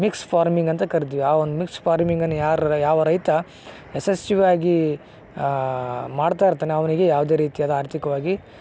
mix farming ಅಂತ ಕರೆದ್ವಿ ಆ ಒಂದು ಮಿಕ್ಸ್ ಫಾರ್ಮಿಂಗನ್ನ ಯಾರು ಯಾವ ರೈತ ಯಶಸ್ವಿ ಆಗಿ ಮಾಡ್ತಾ ಇರ್ತಾನೆ ಅವನಿಗೆ ಯಾವುದೆ ರೀತಿಯಾದ ಆರ್ಥಿಕವಾಗಿ